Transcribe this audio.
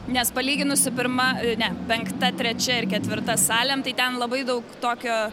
nes palyginus su pirma ne penkta trečia ir ketvirta salėm tai ten labai daug tokio